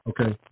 Okay